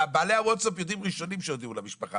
בעלי הווטסאפ יודעים ראשונים שהודיעו למשפחה,